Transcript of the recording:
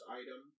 item